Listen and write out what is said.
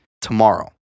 tomorrow